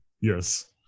yes